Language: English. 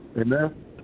Amen